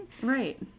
right